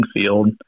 field